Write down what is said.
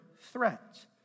threat